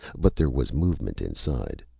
but there was movement inside.